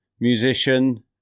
musician